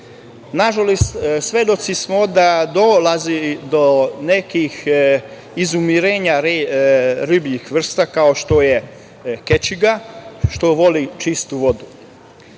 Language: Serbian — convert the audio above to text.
Nažalost, svedoci smo da dolazi do nekih izumiranja ribljih vrsta kao što je kečiga, koja voli čistu